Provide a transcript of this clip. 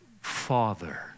Father